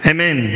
Amen